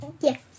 Yes